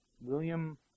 William